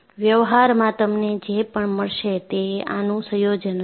વ્યવહારમાં તમને જે પણ મળશે તે આનું સંયોજન જ હશે